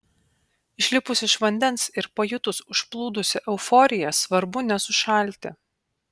išlipus iš vandens ir pajutus užplūdusią euforiją svarbu nesušalti